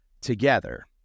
together